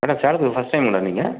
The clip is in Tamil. மேடம் சேலத்துக்கு ஃபஸ்ட் டைமுங்களா நீங்கள்